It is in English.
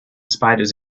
spiders